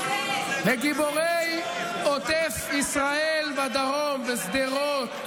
וגיבורי עוטף ישראל בדרום, בשדרות,